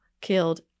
killed